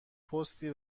پستی